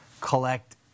collect